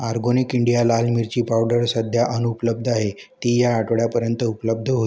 organic India लाल मिरची powder सध्या अनुपलब्ध आहे ती या आठवड्यापर्यंत उपलब्ध हो